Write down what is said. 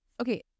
Okay